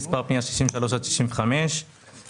יודעת להגיד לך כמה מההוצאות הביטחוניות שלהם.